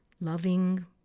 loving